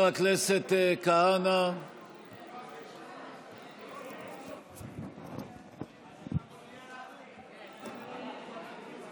נא